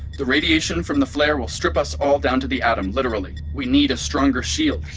the radiation from the flare will strip us all down to the atom, literally. we need a stronger shield